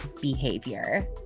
behavior